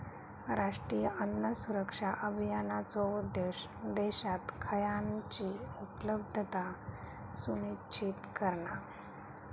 राष्ट्रीय अन्न सुरक्षा अभियानाचो उद्देश्य देशात खयानची उपलब्धता सुनिश्चित करणा